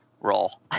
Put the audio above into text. roll